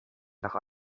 nach